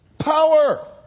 Power